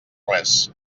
res